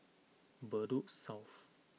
Bedok South